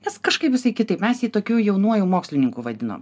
nes kažkaip visai kitaip mes jį tokiu jaunuoju mokslininku vadinom